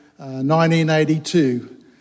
1982